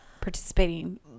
participating –